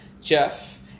Jeff